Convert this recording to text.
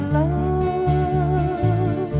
love